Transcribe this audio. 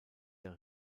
der